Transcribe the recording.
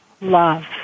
love